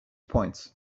points